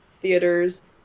theaters